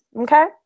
Okay